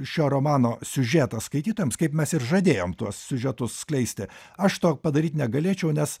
šio romano siužetą skaitytojams kaip mes ir žadėjom tuos siužetus skleisti aš to padaryti negalėčiau nes